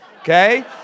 okay